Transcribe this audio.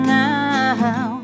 now